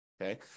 Okay